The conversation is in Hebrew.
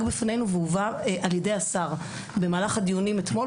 בפנינו והובא על ידי השר במהלך הדיונים אתמול,